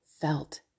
felt